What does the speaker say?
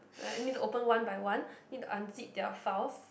and I need to open one by one need to unzip their files